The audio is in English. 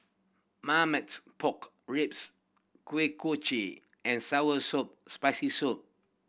Marmite Pork Ribs Kuih Kochi and sour soup Spicy Soup